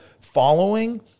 following